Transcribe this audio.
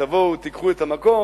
תבואו ותיקחו את המקום,